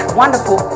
wonderful